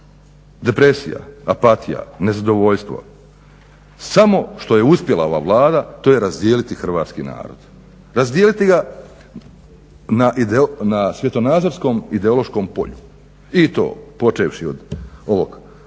depresija, apatija, nezadovoljstvo. Samo što je uspjela ova Vlada, to je razdijeliti hrvatski narod. Razdijeliti na svjetonazorskom, ideološkom polju i to počevši od ovog